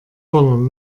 voller